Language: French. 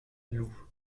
loo